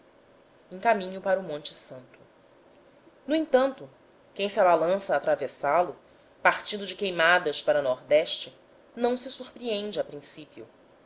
caminho para monte santo no entanto quem se abalança a atravessá lo partindo de queimadas para nordeste não se surpreende a princípio